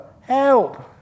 Help